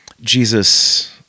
jesus